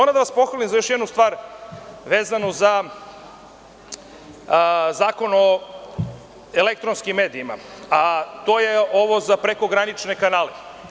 Moram da vas pohvalim za još jednu stvar vezanu za Zakon o elektronskim medijima, to je ovo za prekogranične kanale.